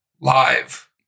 live